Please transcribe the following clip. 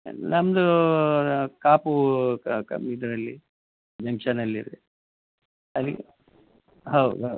ನಮ್ಮದು ಕಾಪು ಕ ಕ ಇದರಲ್ಲಿ ಜಂಕ್ಷನಲ್ಲಿದೆ ಅಲ್ಲಿ ಹೌದು ಹೌದು